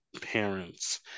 parents